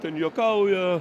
ten juokauja